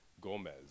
Gomez